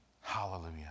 Hallelujah